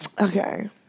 Okay